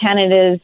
Canada's